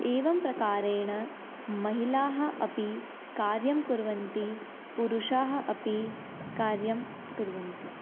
एवंप्रकारेण महिलाः अपि कार्यं कुर्वन्ति पुरुषाः अपि कार्यं कुर्वन्ति